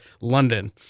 London